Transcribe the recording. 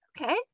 okay